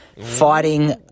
fighting